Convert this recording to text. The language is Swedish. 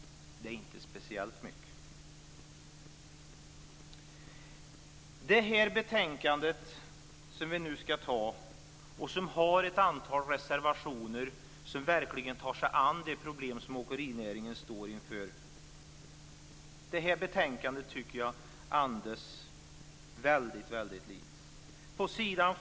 Det är inte speciellt mycket. Det betänkande som vi nu skall ta, där det finns ett antal reservationer som verkligen tar sig an de problem som åkerinäringen står inför, andas väldigt lite. Fru talman!